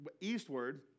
eastward